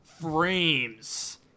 frames